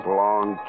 long